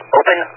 open